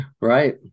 Right